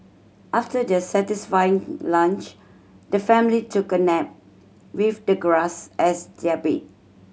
after their satisfying lunch the family took a nap with the grass as their bed